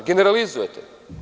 Generalizujete.